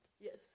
Yes